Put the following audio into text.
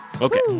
Okay